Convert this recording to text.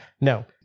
no